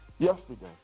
Yesterday